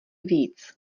víc